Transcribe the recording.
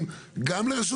תשתמשו בהן --- גם רשות